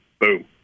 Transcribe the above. Boom